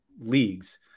leagues